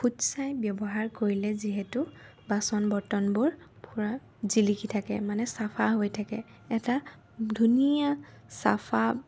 ফুটছাঁই ব্যৱহাৰ কৰিলে যিহেতু বাচন বৰ্তনবোৰ পূৰা জিলিকি থাকে মানে চাফা হৈ থাকে এটা ধুনীয়া চাফা